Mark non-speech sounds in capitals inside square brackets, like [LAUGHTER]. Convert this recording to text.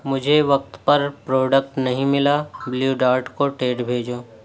مجھے وقت پر پروڈکٹ نہیں ملا بلیو ڈارٹ کو [UNINTELLIGIBLE] بھیجو